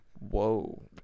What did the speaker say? Whoa